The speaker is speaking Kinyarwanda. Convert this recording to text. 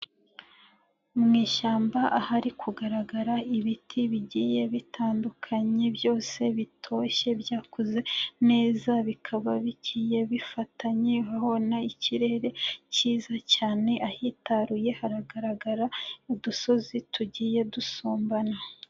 Mu ishyamba ahari kugaragara ibiti bigiye bitandukanye byose bitoshye byakuze neza, bikaba bigiye bifatanyeho n'ikirere cyiza cyane ahitaruye, haragaragara udusozi tugiye dusumbana.